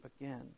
again